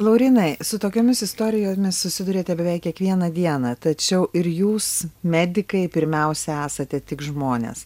laurynai su tokiomis istorijomis susiduriate beveik kiekvieną dieną tačiau ir jūs medikai pirmiausia esate tik žmonės